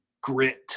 grit